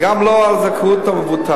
וגם לא על זכאות המבוטח,